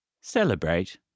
celebrate